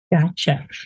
Gotcha